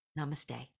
Namaste